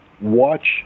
watch